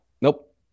Nope